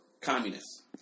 communists